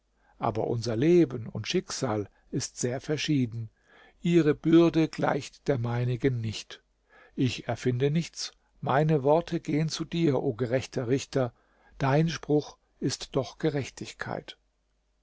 aber unser leben und schicksal ist sehr verschieden ihre bürde gleicht der meinigen nicht ich erfinde nichts meine worte gehen zu dir o gerechter richter dein spruch ist doch gerechtigkeit